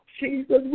Jesus